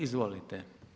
Izvolite.